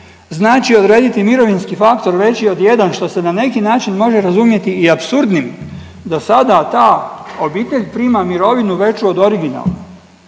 znači odrediti mirovinski faktor veći od 1 što se na neki način može razumjeti i apsurdnim, do sada ta obitelj prima mirovinu veću od originalne,